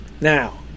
Now